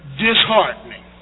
disheartening